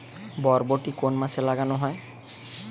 বরবটি কোন মাসে লাগানো হয়?